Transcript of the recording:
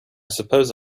suppose